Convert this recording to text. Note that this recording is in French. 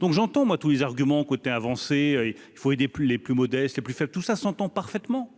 Donc j'entends moi tous les arguments côté avancer, il faut aider plus les plus modestes, les plus fait tout ça s'entend parfaitement.